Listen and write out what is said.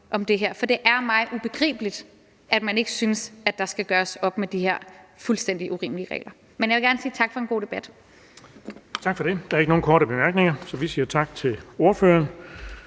For det er mig ubegribeligt, at man ikke synes, at der skal gøres op med de her fuldstændig urimelige regler. Men jeg vil gerne sige tak for en god debat. Kl. 20:59 Den fg. formand (Erling Bonnesen): Tak for det. Der er ikke nogen korte bemærkninger, så vi siger tak til ordføreren.